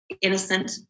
innocent